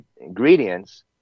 ingredients